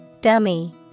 Dummy